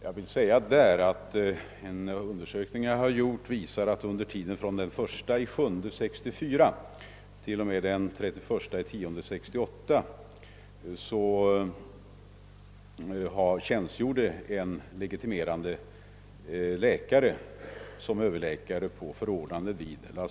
Jag vill med anledning härav meddela, att en undersökning, som jag låtit göra, visar att en legitimerad läkare tjänstgjort som överläkare på förordnande vid lasarettet under tiden den 1 juli 1964 till och med den 31 oktober 19683.